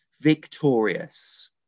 victorious